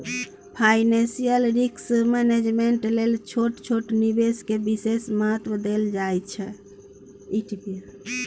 financial risk management लेल छोट छोट निवेश के विशेष महत्व देल जाइ छइ